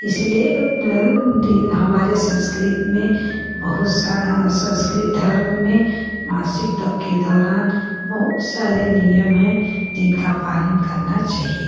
इसलिए हमारे संस्कृत में बहुत सा संस्कृत धर्म में मासिक द के दौरान बहुत सारे नियम हैं जिनका पालन करना चाहिए